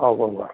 അ ഉവ്വ് ഉവ്വ്